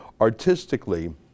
artistically